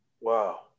Wow